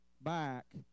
back